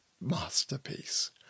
masterpiece